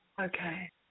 Okay